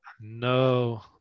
No